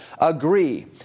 agree